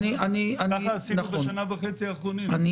ככה עשנו בשנה וחצי האחרונות.